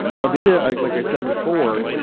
now data, like i said before,